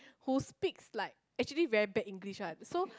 who speaks like actually very bad English one so